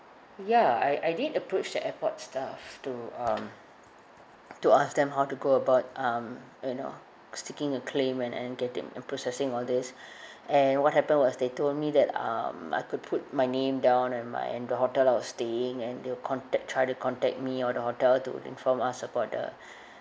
ya I I did approach the airport staff to um to ask them how to go about um you know sticking a claim and and getting and processing all this and what happened was they told me that um I could put my name down and my and the hotel I was staying and they'll contact try to contact me or the hotel to inform us about the